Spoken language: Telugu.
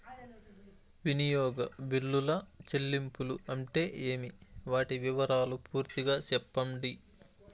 వినియోగ బిల్లుల చెల్లింపులు అంటే ఏమి? వాటి వివరాలు పూర్తిగా సెప్పండి?